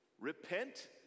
Repent